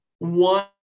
One